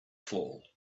fall